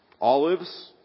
Olives